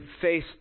face